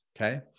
Okay